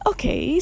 Okay